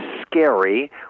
scary